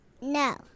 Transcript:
No